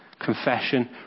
Confession